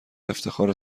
افتخاره